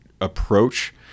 approach